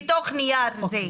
בתוך נייר זה.